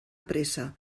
pressa